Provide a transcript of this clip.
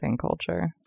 culture